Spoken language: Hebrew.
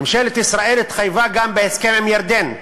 ממשלת ישראל התחייבה גם בהסכם עם ירדן,